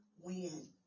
win